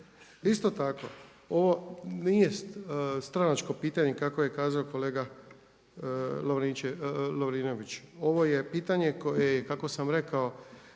Isto tako ovo nije stranačko pitanje kako je kazao kolega Lovrinović. Ovoj je pitanje koje je i kako sam rekao